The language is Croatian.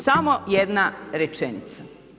Samo jedna rečenica.